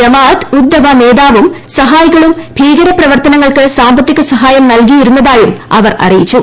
ജമാ അത്ത് ഉദ് ദവ നേതാവും സഹായികളും ഭീകര പ്രവർത്തനങ്ങൾക്ക് സാമ്പത്തിക സഹായം നൽകിയിരുന്നതായും അവർ അറിയിച്ചു